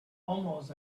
almost